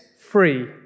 free